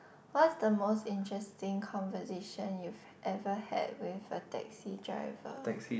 what's the most interesting conversation you've ever had with a taxi driver